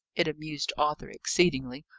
it amused arthur exceedingly.